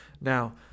Now